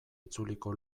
itzuliko